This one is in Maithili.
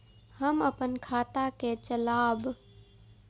हम अपन खाता के चलाब?